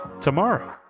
tomorrow